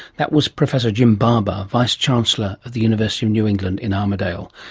that was professor jim barber, vice chancellor of the university of new england in armidale.